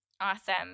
Awesome